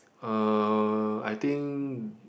uh I think